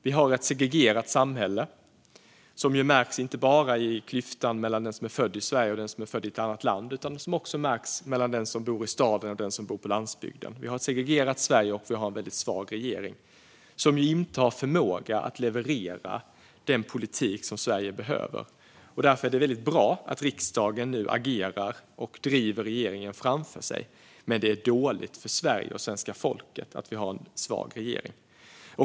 Vi har ett segregerat samhälle, vilket märks inte bara i klyftan mellan dem som är födda i Sverige och dem som är födda i ett annat land utan också i klyftan mellan dem som bor i staden och dem som bor på landsbygden. Vi har ett segregerat Sverige, och vi har en väldigt svag regering som inte har förmåga att leverera den politik som Sverige behöver. Därför är det väldigt bra att riksdagen nu agerar och driver regeringen framför sig, men det är dåligt för Sverige och svenska folket att vi har en svag regering.